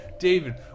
David